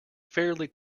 fairly